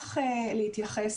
רוצה להצטרף